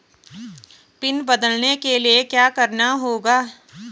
Pin बदलने के लिए क्या करना होगा?